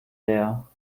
leer